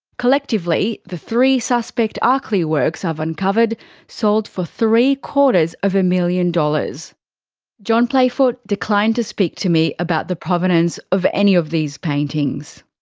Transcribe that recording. collectively, the three suspect arkley works i've uncovered sold for three quarters of a million dollars john playfoot declined to speak to me about the provenance of any of these paintings.